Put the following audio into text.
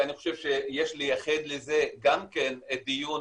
ואני חושב שיש לייחד לזה גם דיון,